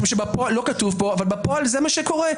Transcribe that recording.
לא כתוב פה אבל בפועל זה מה שקורה.